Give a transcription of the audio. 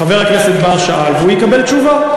חבר הכנסת בר שאל, והוא יקבל תשובה.